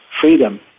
freedom